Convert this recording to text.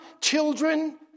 Children